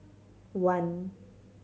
one